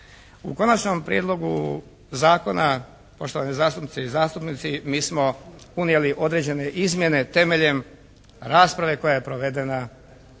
U konačnom prijedlogu zakona poštovani zastupnice i zastupnici, mi smo unijeli određene izmjene temeljem rasprave koja je provedena